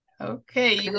Okay